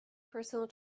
personal